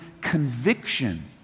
conviction